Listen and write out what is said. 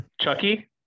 Chucky